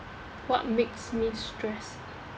what makes me stress